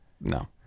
No